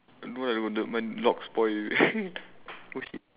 don't know lah my lock spoil oh shit